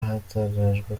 hatangajwe